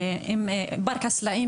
פארק הסלעים,